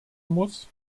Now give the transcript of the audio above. muss